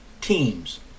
teams